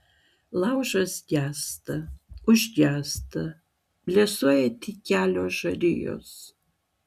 laužas gęsta užgęsta blėsuoja tik kelios žarijos